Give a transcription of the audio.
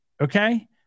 okay